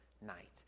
night